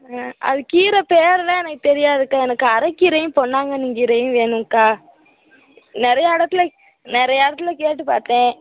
அது கீரை பேரெலாம் எனக்கு தெரியாதுக்கா எனக்கு அரை கீரையும் பொன்னாங்கன்னி கீரையும் வேணும்க்கா நிறையா இடத்துல நிறையா இடத்துல கேட்டு பார்த்தேன்